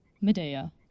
Medea